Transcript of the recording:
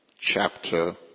chapter